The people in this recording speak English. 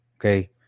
okay